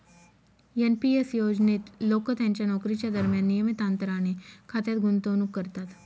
NP S योजनेत लोक त्यांच्या नोकरीच्या दरम्यान नियमित अंतराने खात्यात गुंतवणूक करतात